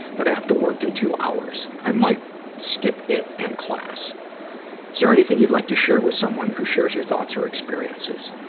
but i have to work in two hours. i might skip it and class. is there anything you'd like to share with someone who shares your thoughts or experiences?